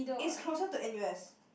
is closer to n_u_s